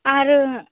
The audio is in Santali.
ᱟᱨ ᱚᱸ